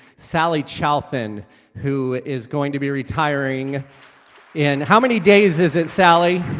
sallie chalfin who is going to be retiring in how many days is it sallie?